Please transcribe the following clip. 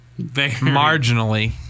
Marginally